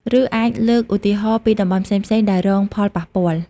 ឬ អាចលើកឧទាហរណ៍ពីតំបន់ផ្សេងៗដែលរងផលប៉ះពាល់។